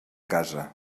casa